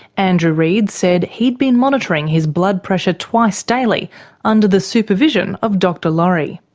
andrew reid said he had been monitoring his blood pressure twice daily under the supervision of dr laurie.